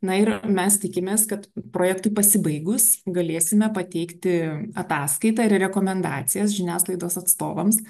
na ir mes tikimės kad projektui pasibaigus galėsime pateikti ataskaitą ir rekomendacijas žiniasklaidos atstovams